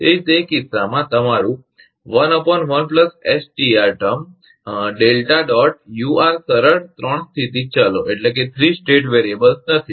તેથી તે કિસ્સામાં તમારું ટર્મ ᐄur સરળ ત્રણ સ્થિતી ચલો નથી